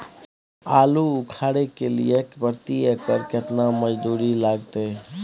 आलू उखारय के लिये प्रति एकर केतना मजदूरी लागते?